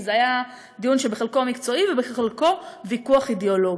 וזה היה דיון שבחלקו מקצועי ובחלקו ויכוח אידיאולוגי.